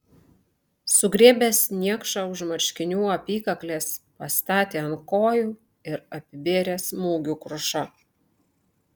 sugriebęs niekšą už marškinių apykaklės pastatė ant kojų ir apibėrė smūgių kruša